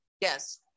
Yes